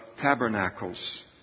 tabernacles